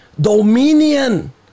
dominion